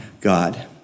God